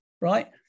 right